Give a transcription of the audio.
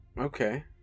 Okay